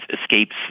escapes